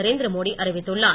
நரேந்திர மோடி அறிவித்துள்ளார்